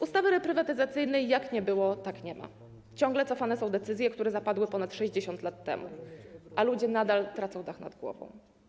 Ustawy reprywatyzacyjnej jak nie było, tak nie ma, ciągle cofane są decyzje, które zapadły ponad 60 lat temu, a ludzie nadal tracą dach nad głową.